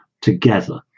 together